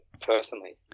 personally